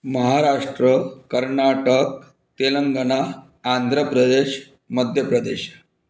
Maharashtra Karnataka Telangana Andhra Pradesh Madhya Pradesh